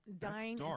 Dying